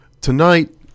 Tonight